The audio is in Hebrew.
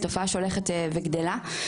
תופעה שהולכת וגדלה.